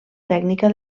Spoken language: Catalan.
tècnica